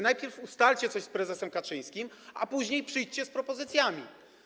Najpierw ustalcie coś z prezesem Kaczyńskim, a później przyjdźcie z propozycjami.